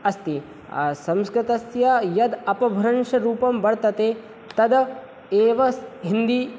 अस्ति संस्कृतस्य यद् अपभ्रंशरूपं वर्तते तद् एव हिन्दी